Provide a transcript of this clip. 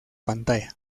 pantalla